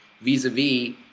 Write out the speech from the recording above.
vis-a-vis